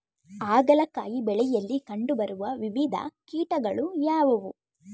ಹಾಗಲಕಾಯಿ ಬೆಳೆಯಲ್ಲಿ ಕಂಡು ಬರುವ ವಿವಿಧ ಕೀಟಗಳು ಯಾವುವು?